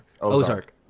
Ozark